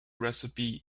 recipes